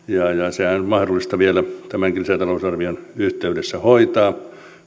sehän on mahdollista vielä tämänkin lisätalousarvion yhteydessä hoitaa